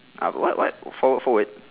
ah what what forward forward